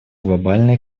глобальной